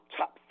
top